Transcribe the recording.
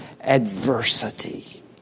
adversity